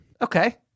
Okay